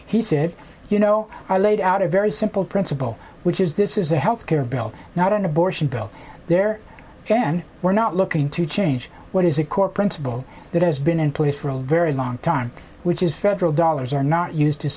he said you know i laid out a very simple principle which is this is a health care bill not an abortion bill there again we're not looking to change what is a core principle that has been in place for a very long time which is federal dollars are not used to